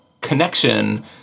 connection